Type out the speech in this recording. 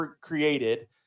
created